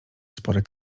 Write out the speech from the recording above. spory